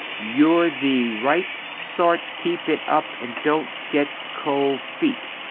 you're the right sort keep it up and don't get cold feet.